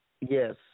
yes